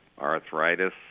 arthritis